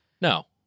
No